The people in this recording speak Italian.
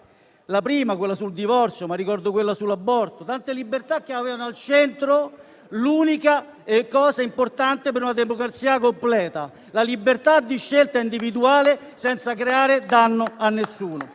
la prima sul divorzio, ma anche quella sull'aborto. E si trattava di tante libertà che avevano al centro l'unica cosa importante per una democrazia completa: la libertà di scelta individuale senza creare danno ad alcuno.